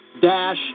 Dash